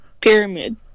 pyramid